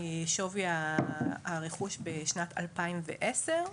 שווי הרכוש בשנת 2010,